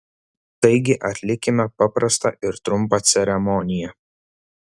taigi atlikime paprastą ir trumpą ceremoniją